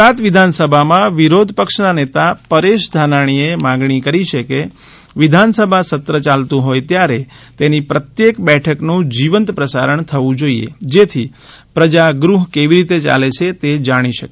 ગુજરાત વિધાનસભા માં વિરોધપક્ષ ના નેતા પરેશ ધાનાણીએ માંગણી કરી છે કે વિધાનસભા સત્ર યાલતું હોથ ત્યારે તેની પ્રત્યેક બેઠક નું જીવંત પ્રસારણ થવું જોઈએ જેથી પ્રજા ગૃહ કેવી રીતે યાલે છે તે જાણી શકે